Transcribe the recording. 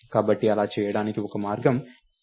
కాబట్టి అలా చేయడానికి ఒక మార్గం ptr యారో xని ఉపయోగించడం